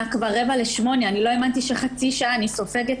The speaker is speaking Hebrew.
היה כבר 7:45. לא האמנתי שחצי שעה אני סופגת